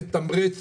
לתמרץ,